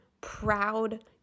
proud